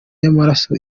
y’amaraso